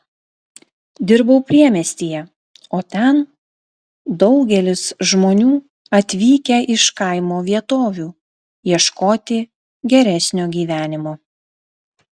dirbau priemiestyje o ten daugelis žmonių atvykę iš kaimo vietovių ieškoti geresnio gyvenimo